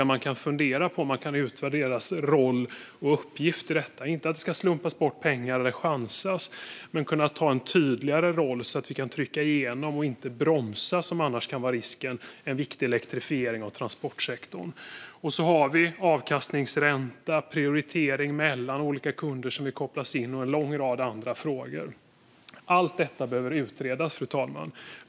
Man kan fundera på om man kan utvärdera deras roll och uppgift i detta, inte att det ska slumpas bort pengar eller chansas men att de ska kunna ta en tydligare roll så att vi kan trycka igenom och inte bromsa, som annars kan vara risken, en viktig elektrifiering av transportsektorn. Vi har också avkastningsränta, prioritering mellan olika kunder som vill kopplas in och en lång rad andra frågor. Fru talman! Allt detta behöver utredas.